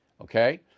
Okay